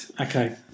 Okay